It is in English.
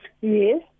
Yes